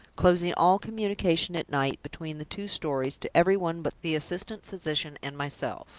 closing all communication at night between the two stories to every one but the assistant physician and myself.